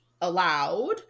allowed